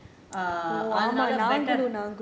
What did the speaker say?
அதுனால:athunaala